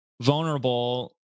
vulnerable